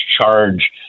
charge